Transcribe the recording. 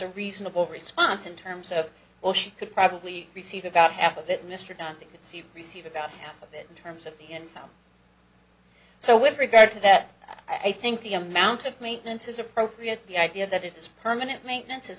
a reasonable response in terms of well she could probably receive about half of it mr johnson receive about half of it in terms of the income so with regard to that i think the amount of maintenance is appropriate the idea that it's permanent maintenance is